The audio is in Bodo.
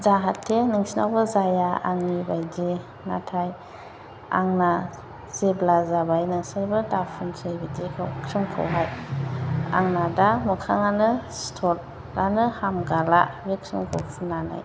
जाहाथे नोंसोरनावबो जाया आंनि बायदि नाथाय आंना जेब्ला जाबाय नोंसोरबो दा फुनसै बिदिखौ क्रिमखौहाय आंना दा मोखाङानो सिथरानो हामगाला बे क्रिमखौ फुननानै